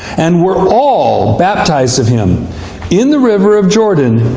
and were all baptized of him in the river of jordan,